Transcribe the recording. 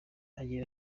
agira